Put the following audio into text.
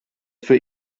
für